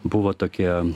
buvo tokie